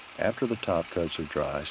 after the top coats are dry,